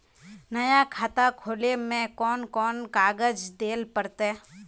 नया खाता खोले में कौन कौन कागज देल पड़ते?